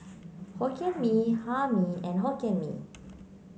Hokkien Mee Hae Mee and Hokkien Mee